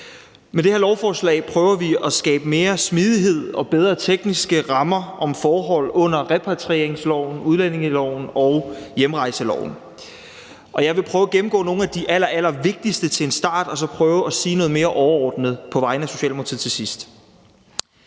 Med det her lovforslag prøver vi at skabe mere smidighed og bedre tekniske rammer om forhold under repatrieringsloven, udlændingeloven og hjemrejseloven. Jeg vil til at starte med prøve at gennemgå nogle af de allerallervigtigste og så til sidst prøve at sige noget mere overordnet på vegne af Socialdemokratiet. Et